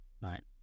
Right